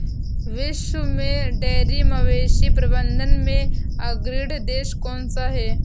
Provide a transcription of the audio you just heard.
विश्व में डेयरी मवेशी प्रबंधन में अग्रणी देश कौन सा है?